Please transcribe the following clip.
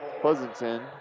Pleasanton